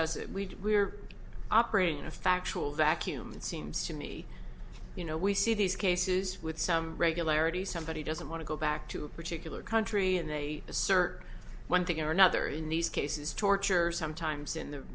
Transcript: it we're operating in a factual vacuum it seems to me you know we see these cases with some regularity somebody doesn't want to go back to a particular country and they assert one thing or another in these cases torture sometimes in the